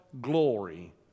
glory